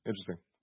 Interesting